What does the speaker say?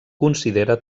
considera